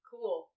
Cool